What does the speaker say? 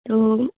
তো